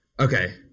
Okay